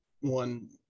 one